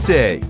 Say